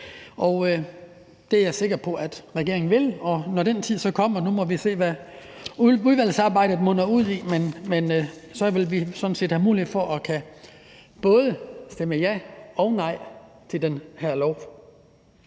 Det er jeg sikker på at regeringen vil, og når den tid så kommer – og nu må vi se, hvad udvalgsarbejdet munder ud i – vil vi sådan set have mulighed for både at kunne stemme ja og nej til det her